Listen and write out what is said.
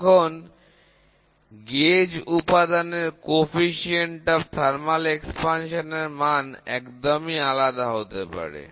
যখন গেজ উপাদানের তাপীয় প্রসারণের গুণাঙ্ক এর মান একদমই আলাদা হতে পারে